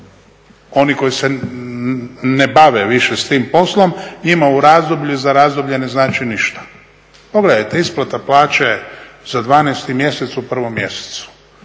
oni koji se ne bave više s tim poslom njima u razdoblju i za razdoblje ne znači ništa. Pogledajte, isplata plaće za 12 mjesec u prvom mjesecu.